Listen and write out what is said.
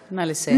נא לסיים.